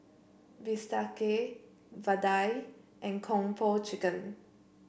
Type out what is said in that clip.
Bistake Vadai and Kung Po Chicken